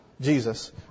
Jesus